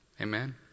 Amen